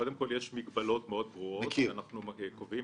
יש מגבלות מאוד ברורות - אנחנו קובעים